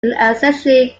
essentially